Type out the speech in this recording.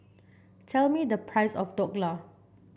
tell me the price of Dhokla